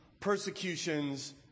persecutions